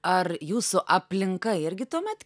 ar jūsų aplinka irgi tuomet